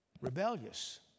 Rebellious